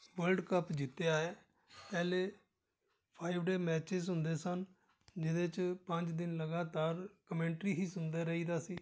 world cup ਜਿੱਤਿਆ ਹੈ ਪਹਿਲੇ ਫਾਈਵ ਡੇਅ ਮੈਚਿਸ ਹੁੰਦੇ ਸਨ ਜਿਹਦੇ 'ਚ ਪੰਜ ਦਿਨ ਲਗਾਤਾਰ ਕਮੈਂਟਰੀ ਹੀ ਸੁਣਦੇ ਰਹੀਦਾ ਸੀ